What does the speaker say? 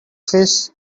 fish